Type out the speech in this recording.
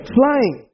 flying